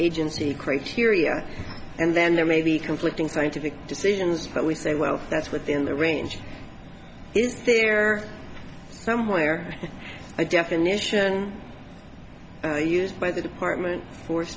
agency crazy furia and then there may be conflicting scientific decisions but we say well that's within the range is there somewhere a definition they used by the department for